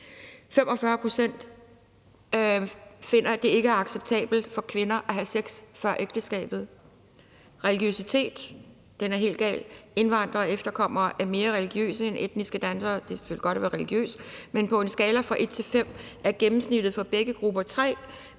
pct. finder, at det ikke er acceptabelt for kvinder at have sex før ægteskabet. Religiøsitet – den er helt galt. Indvandrere og efterkommere er mere religiøse end etniske danskere – det er selvfølgelig godt at være religiøs – men på en skala fra 1 til 5 er gennemsnittet for begge grupper 3,